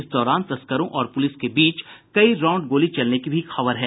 इस दौरान तस्करों और पुलिस के बीच कई राउंड गोली चलने की भी खबर है